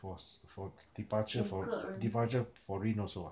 for s~ for departure for departure for reen also ah